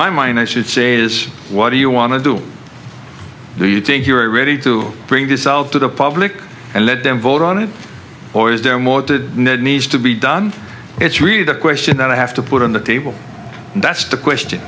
my mind i should say is what do you want to do do you think you're ready to bring this out to the public and let them vote on it or is there more to needs to be done it's really the question that i have to put on the table and that's the question